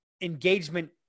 engagement